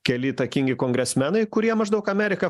keli įtakingi kongresmenai kurie maždaug amerika